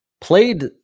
Played